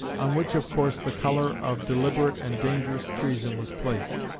on which of course the colour of deliberate and dangerous treason was placed.